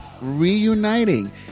reuniting